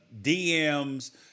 DMs